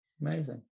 amazing